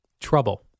trouble